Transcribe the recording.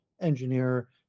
engineer